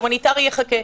ההומניטרי יחכה.